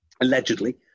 Allegedly